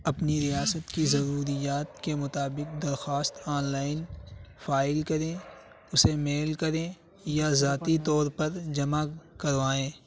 اپنی ریاست کی ضروریات کے مطابق درخواست آن لائن فائل کریں اسے میل کریں یا ذاتی طور پر جمع کروائیں